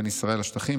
בין ישראל לשטחים,